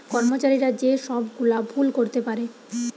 কর্মচারীরা যে সব গুলা ভুল করতে পারে